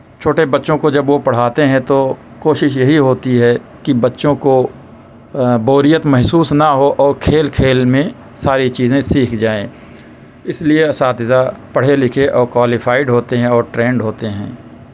چھوٹے بچوں کو جب وہ پڑھاتے ہیں تو کوشش یہی ہوتی ہے کہ بچوں کو بوریت محسوس نہ اور کھیل کھیل میں ساری چیزیں سیکھ جائیں اس لئے اساتذہ پڑھے لکھے اور کوالیفائیڈ ہوتے ہیں اور ٹرینڈ ہوتے ہیں